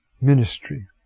ministry